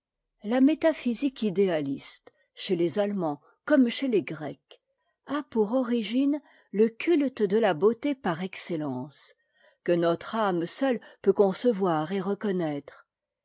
la métaphysique idéaliste chez les allemands comme chez les grecs a pour origine le culte de la beauté par excellence que notre âme seule peut concevoir et reconnaître